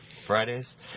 Fridays